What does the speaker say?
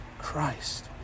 Christ